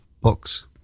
books